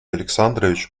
александрович